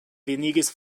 venigis